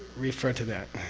refer to that,